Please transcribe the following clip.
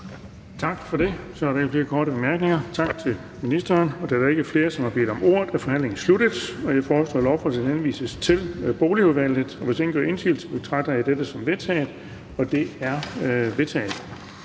Tak for det. Så er der ikke flere korte bemærkninger. Tak til ministeren. Da der ikke er flere, som har bedt om ordet, er forhandlingen sluttet. Jeg foreslår, at lovforslaget henvises til Boligudvalget. Hvis ingen gør indsigelse, betragter jeg dette som vedtaget. Det er vedtaget.